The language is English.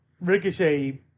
Ricochet